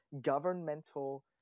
governmental